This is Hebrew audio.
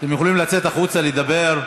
אתם יכולים לצאת החוצה לדבר.